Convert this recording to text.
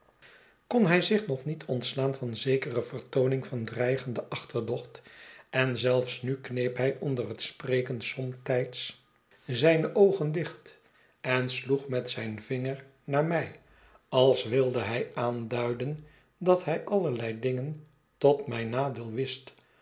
kon hij zich nog niet ontslaan van zekere vertooning van dreigenden achterdocht en zeifs nu kneep hij onder net spreken somtijds zijne oogen dicht en sloeg met zyn vinger naar mij als wilde hij aanduiden dat hij allerlei dingen tot mijn nadeel wist